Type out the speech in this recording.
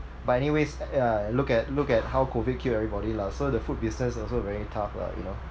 but anyways yeah look at look at how COVID kill everybody lah so the food business also very tough lah you know